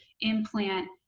implant